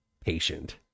patient